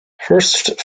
hurst